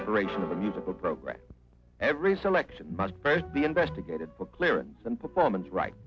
preparation of a musical program every selection must be investigated for clearance and performance right